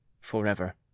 forever